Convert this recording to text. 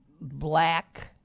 black